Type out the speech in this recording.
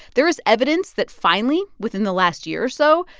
there is evidence that, finally, within the last year or so,